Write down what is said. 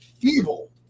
evil